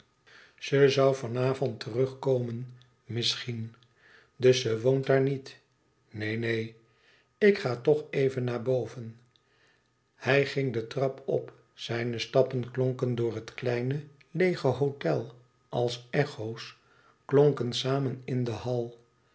ze zoû van avond terug komen misschien dus ze woont daar niet een neen neen ik ga toch even naar boven hij ging de trap op zijne stappen klonken door het kleine leêge hôtel alle echo's klonken samen in den hall